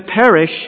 perish